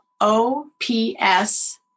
ops